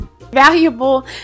valuable